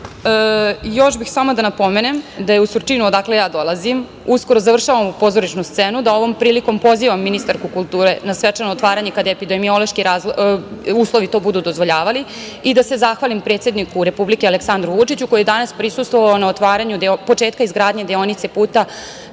bih samo da napomenem da je u Surčinu odakle ja dolazim, uskoro završavam pozorišnu scenu, da ovom prilikom pozivam ministarku kulture na svečano otvaranje kada je epidemiološki uslovi to budu dozvoljavali i da se zahvalim predsedniku Republike Aleksandru Vučiću, koji je danas prisustvovao na otvaranju, početka izgradnje deonice puta